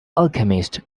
alchemist